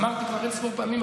אמרתי כבר אין-ספור פעמים,